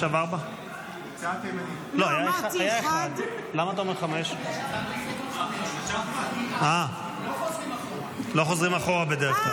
עכשיו 4. לא חוזרים אחורה בדרך כלל.